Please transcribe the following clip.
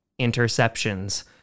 interceptions